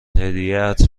هدیهات